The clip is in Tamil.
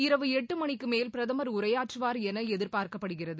இரவு எட்டு மணிக்கு மேல் பிரதமர் உரையாற்றுவார் என எதிர்பார்க்கப்படுகிறது